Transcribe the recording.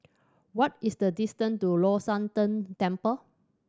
what is the distance to Long Shan Tang Temple